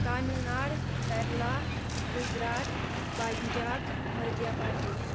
Tamil Nadu Kerala Gujarat Punjab Madhya Pradesh